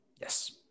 Yes